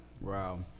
wow